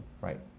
Right